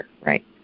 right